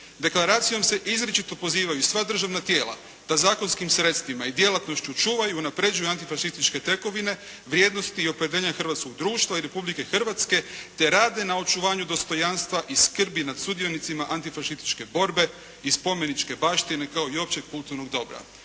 Deklaracijom se izričito pozivaju sva državna tijela da zakonskim sredstvima i djelatnošću čuvaju i unapređuju antifašističke tekovine, vrijednosti i opredjeljenja hrvatskog društva i Republike Hrvatske, te rade na očuvanju dostojanstva i skrbi nad sudionicima antifašističke borbe i spomeničke baštine kao i općeg kulturnog dobra.